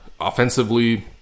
offensively